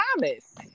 Thomas